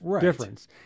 difference